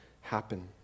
happen